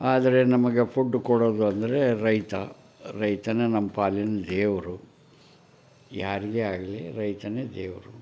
ಆದರೆ ನಮಗೆ ಫುಡ್ ಕೊಡೋದು ಅಂದರೆ ರೈತ ರೈತನೇ ನಮ್ಮ ಪಾಲಿನ ದೇವರು ಯಾರಿಗೇ ಆಗಲಿ ರೈತನೇ ದೇವರು